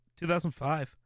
2005